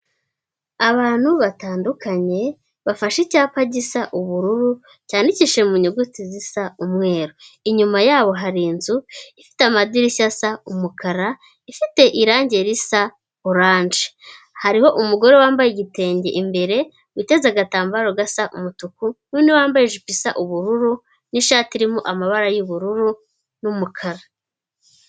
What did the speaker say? Abantu batandukanye bafashe icyapa gisa ubururu cyandikishijwe mu nyuguti zisa umweru. Inyuma yabo hari inzu ifite amadirishya asa umukara, ifite irange risa oranje. Hariho umugore wambaye igitenge imbere uteze agatambaro gasa umutuku n'undi wambaye ijipo isa ubururu n'ishati irimo amabara y'ubururu n'umukara.